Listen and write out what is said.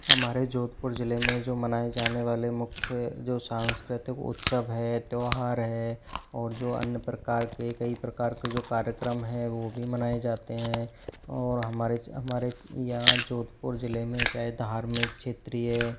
हमारे जोधपुर जिले में जो मनाए जाने वाले मुख्य जो सांस्कृतिक उत्सव है त्यौहार है और जो अन्य प्रकार के कई प्रकार के जो कार्यक्रम है वो भी मनाए जाते हैं और हमारे हमारे यहाँ जोधपुर जिले में क्या है धार्मिक क्षेत्रीय